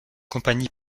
compagnie